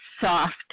soft